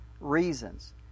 reasons